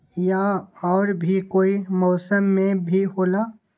या और भी कोई मौसम मे भी होला?